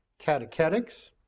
catechetics